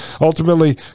ultimately